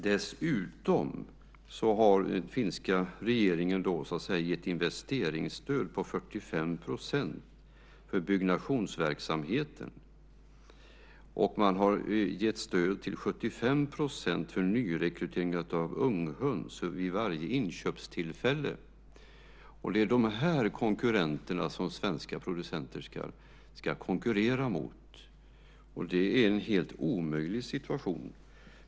Dessutom har den finska regeringen gett investeringsstöd på 45 % för byggnationsverksamheten. Man har gett stöd till 75 % för nyrekrytering av unghöns vid varje inköpstillfälle. Det är dessa producenter som svenska producenter ska konkurrera med. Det är en helt omöjlig situation.